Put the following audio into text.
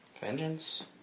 Vengeance